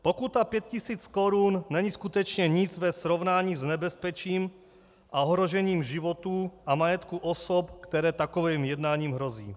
Pokuta pět tisíc korun není skutečně nic ve srovnání s nebezpečím a ohrožením životů a majetku osob, které takovým jednáním hrozí.